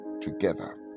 together